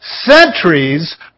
centuries